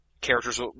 characters